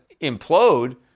implode